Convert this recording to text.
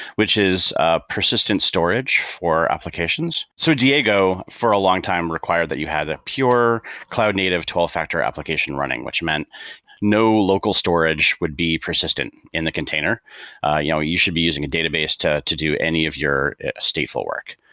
which is ah persistent persistent storage for applications. so diego for a long time require that you had a pure cloud native tool factor application running, which meant no local storage would be persistent in the container ah you know you should be using a database to to do any of your stay for work.